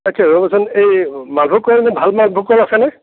আচ্চা ৰ'বচোন এই মালভোগ কল ভাল মালভোগ কল আছেনে